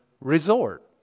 resort